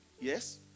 Yes